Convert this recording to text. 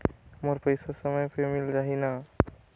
मोर पइसा समय पे मिल जाही न?